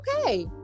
Okay